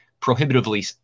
prohibitively